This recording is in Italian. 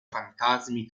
fantasmi